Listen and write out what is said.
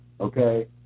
okay